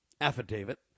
affidavit